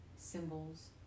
symbols